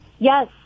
Yes